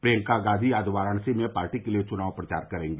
प्रियंका गांधी आज वाराणसी में पार्टी के लिए चुनाव प्रचार करेंगी